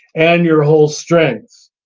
and your whole strength,